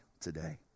today